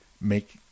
Make